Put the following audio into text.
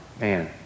man